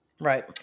Right